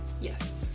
Yes